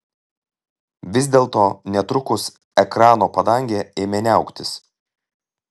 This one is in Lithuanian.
vis dėlto netrukus ekrano padangė ėmė niauktis